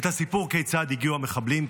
את הסיפור כיצד הגיעו המחבלים,